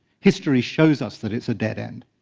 history shows us that it's a dead end.